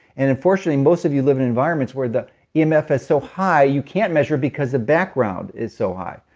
and unfortunately, most of you live in environments where the the um emf is so high you can't measure because the background is so high.